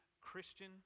Christian